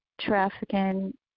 trafficking